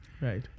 Right